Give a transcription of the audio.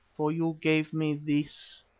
for you gave me this,